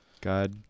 God